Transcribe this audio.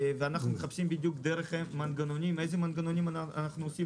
ואנחנו מחפשים איזה מנגנונים אנחנו עושים.